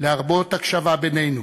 להרבות הקשבה בינינו,